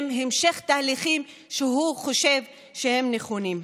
המשך תהליכים שהוא חושב שהם נכונים.